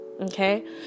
Okay